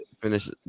finish